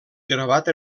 gravat